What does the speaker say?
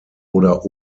oder